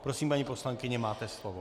Prosím, paní poslankyně, máte slovo.